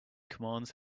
commands